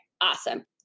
Awesome